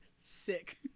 Sick